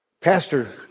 Pastor